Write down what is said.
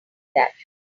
that